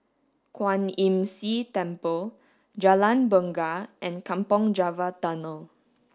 Kwan Imm See Temple Jalan Bungar and Kampong Java Tunnel